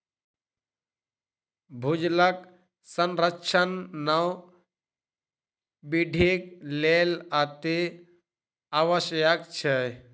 भूजलक संरक्षण नव पीढ़ीक लेल अतिआवश्यक छै